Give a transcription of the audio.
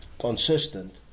consistent